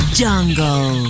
jungle